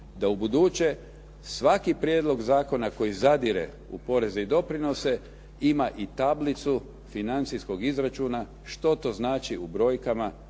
da ubuduće svaki prijedlog zakona koji zadire u poreze i doprinose ima i tablicu financijskog izračuna što to znači u brojkama